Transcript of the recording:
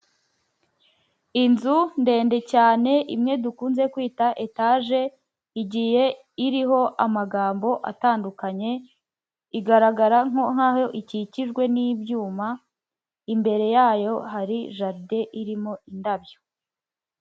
Inzu ndende cyane imwe dukunze kwita etaje igiye iriho amagambo atandukanye igaragara nkaho ikikijwe n'ibyuma imbere yayo hari jaride irimo indabyo.